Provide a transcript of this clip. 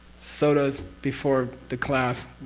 sodas before the class,